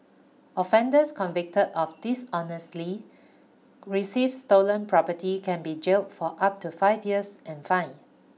offenders convicted of dishonestly receives stolen property can be jailed for up to five years and fined